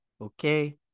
Okay